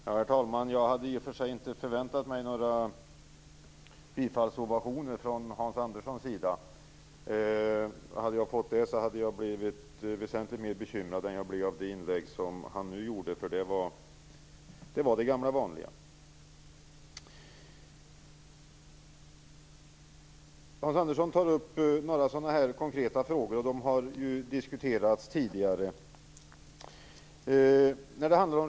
Herr talman! Jag hade inte förväntat mig några bifallsovationer från Hans Anderssons sida. Hade jag fått det hade jag blivit väsentligt mer bekymrad än jag blev av det inlägg han nu gjorde. Det var det gamla vanliga. Hans Andersson tar upp några konkreta frågor. De har ju diskuterats tidigare.